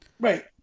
Right